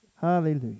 Hallelujah